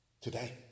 today